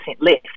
left